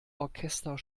orchester